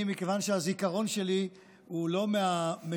אני, מכיוון שהזיכרון שלי הוא לא מהמשוכללים,